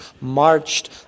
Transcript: marched